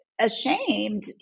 ashamed